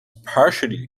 partially